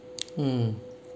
mm